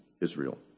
Israel